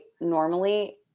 normally